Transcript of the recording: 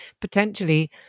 potentially